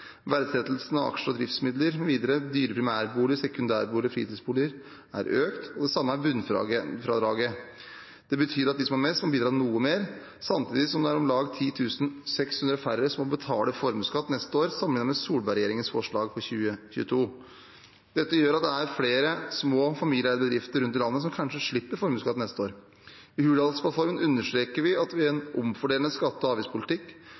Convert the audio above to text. Verdsettelsen av aksjer og driftsmidler mv., dyre primærboliger, sekundærboliger og fritidsboliger er økt, og det samme er bunnfradraget. Det betyr at de som har mest, må bidra noe mer, samtidig som det er om lag 10 600 færre som må betale formuesskatt neste år sammenlignet med Solberg-regjeringens forslag for 2022. Dette gjør at det er flere små familieeide bedrifter rundt i landet som kanskje slipper formuesskatt neste år. I Hurdalsplattformen understreker vi at en omfordelende skatte- og avgiftspolitikk,